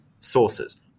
sources